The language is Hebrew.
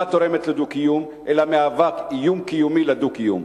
תורמת לדו-קיום אלא מהווה איום קיומי לדו-קיום.